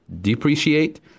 depreciate